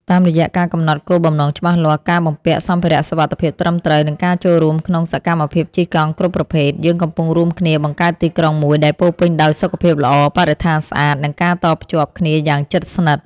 តាមរយៈការកំណត់គោលបំណងច្បាស់លាស់ ការបំពាក់សម្ភារៈសុវត្ថិភាពត្រឹមត្រូវ និងការចូលរួមក្នុងសកម្មភាពជិះកង់គ្រប់ប្រភេទ យើងកំពុងរួមគ្នាបង្កើតទីក្រុងមួយដែលពោរពេញដោយ សុខភាពល្អ បរិស្ថានស្អាត និងការតភ្ជាប់គ្នាយ៉ាងជិតស្និទ្ធ។